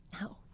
No